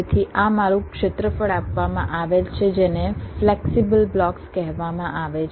તેથી મારું ક્ષેત્રફળ આપવામાં આવેલ છે જેને ફ્લેક્સિબલ બ્લોક્સ કહેવામાં આવે છે